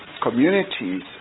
communities